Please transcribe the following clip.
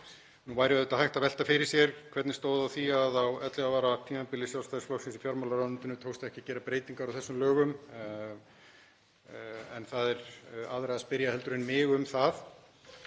Nú væri auðvitað hægt að velta fyrir sér hvernig stóð á því að á 11 ára tímabili Sjálfstæðisflokksins í fjármálaráðuneytinu tókst ekki að gera breytingar á þessum lögum en það er aðra að spyrja en mig um það.